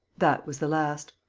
that was the last.